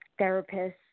therapists